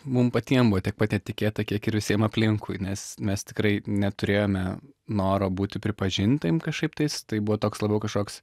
mum patiem buvo tiek pat netikėta kiek ir visiem aplinkui nes mes tikrai neturėjome noro būti pripažintiem kažkaip tais tai buvo toks labiau kažkoks